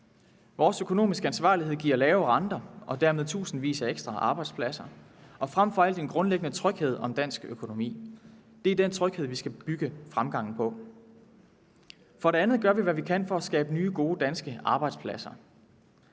Vores økonomiske ansvarlighed giver lave renter og dermed tusindvis af ekstra arbejdspladser og frem for alt en grundlæggende tryghed omkring dansk økonomi. Det er den tryghed, fremgangen skal bygges på. For det andet gør vi, hvad vi kan, for at skabe nye, gode danske arbejdspladser.